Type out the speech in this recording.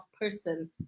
person